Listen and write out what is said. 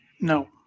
No